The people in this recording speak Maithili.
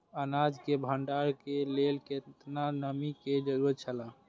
अनाज के भण्डार के लेल केतना नमि के जरूरत छला?